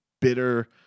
bitter